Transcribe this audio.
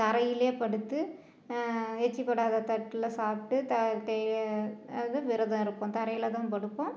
தரையில படுத்து எச்சி படாத தட்டில் சாப்பிட்டு த அது விரதம் இருப்போம் தரையில்தான் படுப்போம்